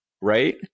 right